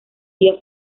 día